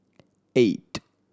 eight